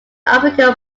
african